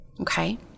okay